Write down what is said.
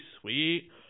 sweet